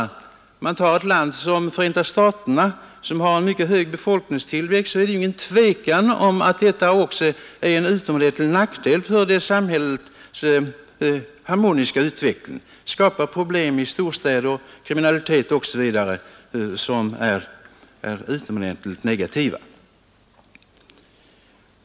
Om man tar ett land som Förenta staterna, som har en mycket hög befolkningstillväxt, så är det inget tvivel om att detta också är en utomordentlig nackdel för det samhällets harmoniska utveckling — det skapar problem i storstäder, kriminalitet osv., någonting som är mycket negativt.